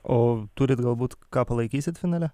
o turit galbūt ką palaikysit finale